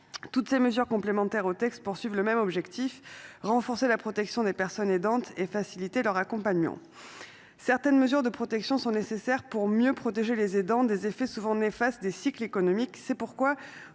Toutes ces mesures venant compléter le texte visent le même objectif : renforcer la protection des personnes aidantes et faciliter leur accompagnement. Certaines dispositions sont nécessaires pour mieux protéger les aidants des effets souvent néfastes des cycles économiques.